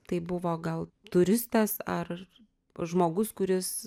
tai buvo gal turistas ar žmogus kuris